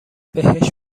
بهش